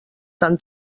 tan